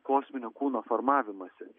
kosminio kūno formavimąsi